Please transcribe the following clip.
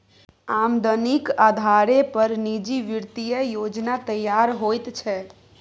आमदनीक अधारे पर निजी वित्तीय योजना तैयार होइत छै